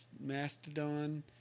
Mastodon